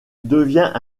devient